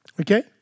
Okay